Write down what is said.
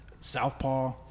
Southpaw